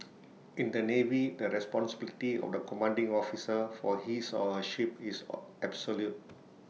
in the navy the responsibility of the commanding officer for his or her ship is absolute